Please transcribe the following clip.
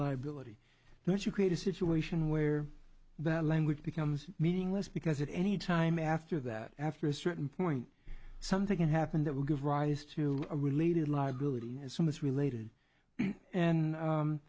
liability that you create a situation where that language becomes meaningless because it any time after that after a certain point something happened that will give rise to a related liability and some is related and